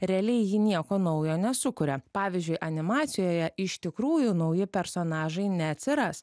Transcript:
realiai ji nieko naujo nesukuria pavyzdžiui animacijoje iš tikrųjų nauji personažai neatsiras